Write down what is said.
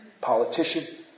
Politician